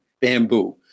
bamboo